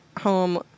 home